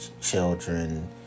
children